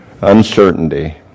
uncertainty